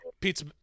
pizza